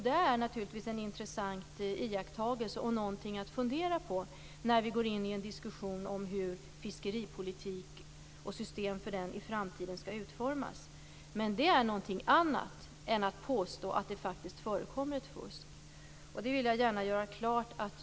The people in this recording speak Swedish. Det är naturligtvis en intressant iakttagelse och någonting att fundera på när vi går in i en diskussion om hur systemet för fiskeripolitiken i framtiden skall utformas. Men det är någonting annat än att påstå att det faktiskt förekommer fusk.